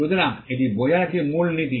সুতরাং এটি বোঝার একটি মূল নীতি